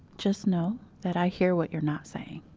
just know that i hear what you're not saying